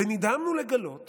ונדהמנו לגלות